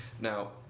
Now